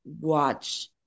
watch